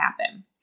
happen